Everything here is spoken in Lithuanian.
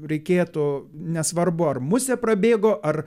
reikėtų nesvarbu ar musė prabėgo ar